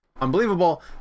unbelievable